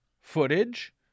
footage